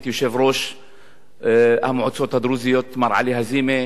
את יושב-ראש המועצות הדרוזיות מר עלי הזימה,